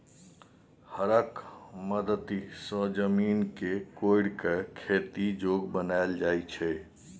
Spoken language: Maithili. हरक मदति सँ जमीन केँ कोरि कए खेती जोग बनाएल जाइ छै